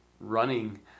running